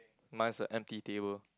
mine's a empty table